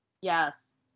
yes